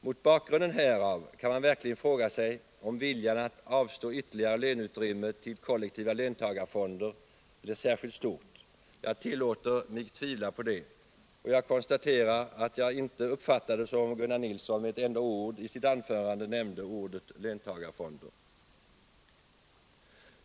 Mot bakgrund härav kan man verkligen fråga sig om viljan att avstå ytterligare löneutrymme till kollektiva löntagarfonder blir särskilt stor. Jag tillåter mig att tvivla på det, och jag konstaterar att jag uppfattade det som om Gunnar Nilsson i sitt anförande inte med ett enda ord nämnde löntagarfonderna.